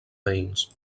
veïns